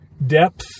Depth